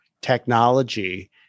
technology